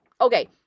okay